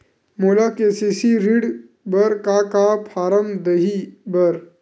मोला के.सी.सी ऋण बर का का फारम दही बर?